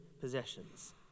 possessions